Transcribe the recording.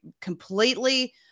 completely